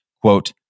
Quote